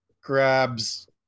grabs